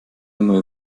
nimmer